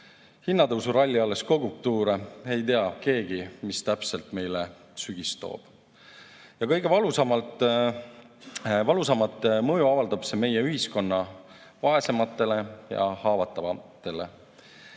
Hinnatõusuralli alles kogub tuure, ei tea keegi, mida täpselt meile sügis toob. Ja kõige valusamat mõju avaldab see meie ühiskonna vaesematele ja haavatavamatele